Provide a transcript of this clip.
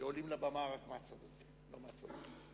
שעולים לבמה רק מהצד הזה, ולא מהצד הזה.